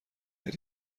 کرد